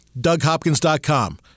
DougHopkins.com